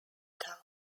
town